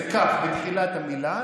זה כף בתחילת המילה,